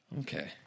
Okay